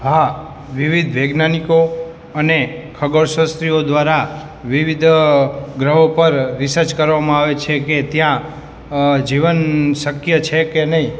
હા વિવિધ વૈજ્ઞાનિકો અને ખગોળશાસ્ત્રીઓ દ્વારા વિવિધ ગ્રહો પર રીસર્ચ કરવામાં આવે છે કે ત્યાં જીવન શક્ય છે કે નહીં